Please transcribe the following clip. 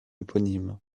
éponyme